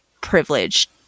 privileged